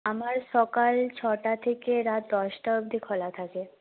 আমার সকাল ছটা থেকে রাত দশটা অব্দি খোলা থাকে